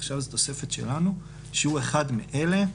עכשיו זו תוספת שלנו - שהוא אחד מאלה: